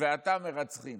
"ועתה מרצחים".